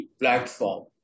platform